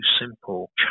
simple